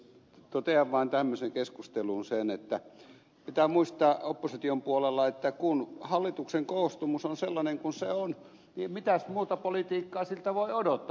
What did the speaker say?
totean vain tämmöiseen keskusteluun sen että pitää muistaa opposition puolella että kun hallituksen koostumus on sellainen kuin se on niin mitäs muuta politiikkaa siltä voi odottaa